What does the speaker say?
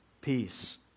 peace